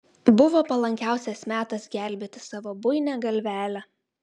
buvo palankiausias metas gelbėti savo buinią galvelę